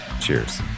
Cheers